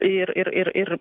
ir ir ir ir